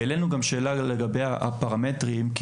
העלנו שאלה לגבי הפרמטרים,